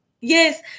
Yes